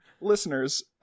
listeners